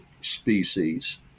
species